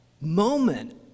moment